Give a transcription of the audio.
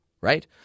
right